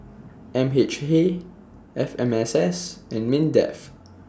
M H A F M S S and Mindef